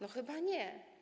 No chyba nie.